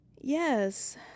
Yes